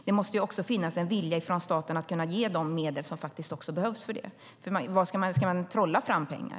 Det måste också finnas en vilja från staten att ge de medel som faktiskt behövs. Ska man trolla fram pengar?